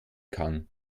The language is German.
kann